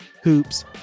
hoops